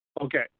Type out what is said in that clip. Okay